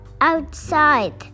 outside